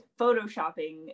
photoshopping